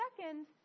Second